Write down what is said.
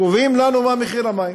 הם קובעים לנו מה מחיר המים.